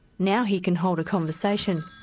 now he can hold a conversation.